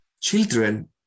children